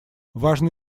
важно